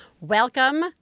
Welcome